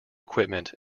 equipment